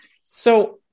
So-